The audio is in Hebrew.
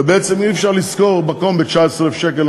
ובעצם אי-אפשר לשכור מקום ב-19,000 שקל,